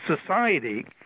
society